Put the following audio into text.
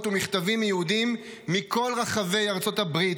ומכתבים מיהודים מכל רחבי ארצות הברית,